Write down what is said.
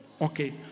Okay